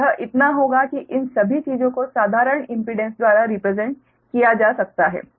तो यह इतना होगा कि इन सभी चीजों को साधारण इम्पीडेंस द्वारा रिप्रेसेंट किया जा सकता है